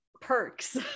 perks